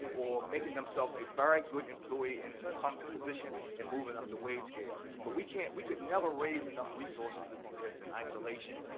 or making themselves a very good employee in an incumbent position and moving up the wage scale. but we can't we could never raise enough resources to do this in isolation,